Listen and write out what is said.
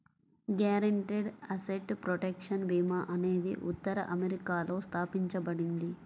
guaranteed asset protection భీమా అనేది ఉత్తర అమెరికాలో స్థాపించబడింది